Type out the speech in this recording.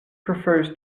prefers